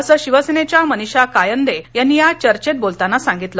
असं शिवसेनेच्या मनीषा कायंदे यांनी या चर्चेत बोलताना सांगितलं